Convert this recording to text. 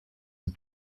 and